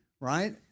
Right